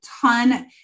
ton